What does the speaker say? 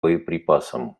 боеприпасам